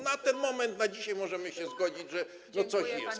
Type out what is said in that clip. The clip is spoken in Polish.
Na ten moment, na dzisiaj, możemy się zgodzić, że coś jest.